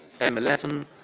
M11